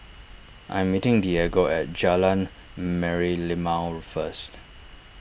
I am meeting Diego at Jalan Merlimau first